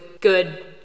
good